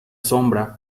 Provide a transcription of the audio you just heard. sombra